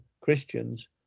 Christians